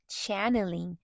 channeling